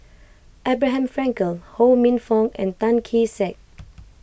Abraham Frankel Ho Minfong and Tan Kee Sek